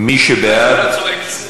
אנחנו צריכים להעביר את זה,